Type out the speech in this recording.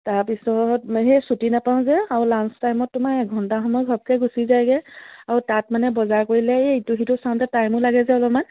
তাৰপিছত সেই ছুটি নোপাওঁ যে আৰু লাঞ্চ টাইমত তোমাৰ এঘণ্টা সময়ত পটকে গুচি যায়গৈ আৰু তাত মানে বজাৰ কৰিলে এই ইটো সিটো চাওঁতে টাইমো লাগে যে অলপমান